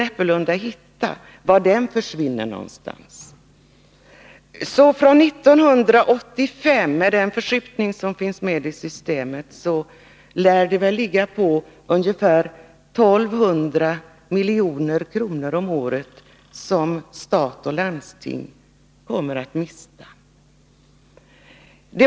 Med tanke på förskjutningen i systemet lär det väl från 1985 bli ungefär 1 200 milj.kr. om året som stat och landsting kommer att mista.